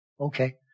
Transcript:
okay